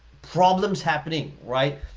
problems happening, right?